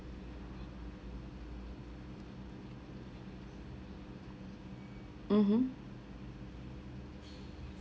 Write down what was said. mmhmm